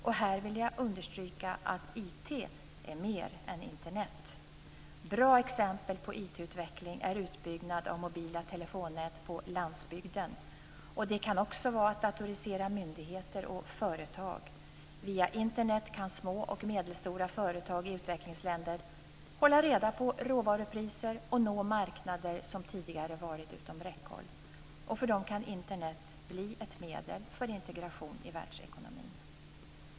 Och här vill jag understryka att IT är mer än Internet. Bra exempel på IT-utveckling är utbyggnad av mobila telefonnät på landsbygden. Det kan också vara att datorisera myndigheter och företag. Via Internet kan små och medelstora företag i utvecklingsländer hålla reda på råvarupriser och nå marknader som tidigare varit utom räckhåll. För dem kan Internet bli ett medel för integration i världsekonomin.